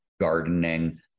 gardening